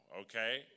okay